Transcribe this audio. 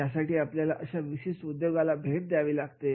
यासाठी आपल्याला अशा विशिष्ट उद्योगाला भेट द्यावी लागते